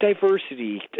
diversity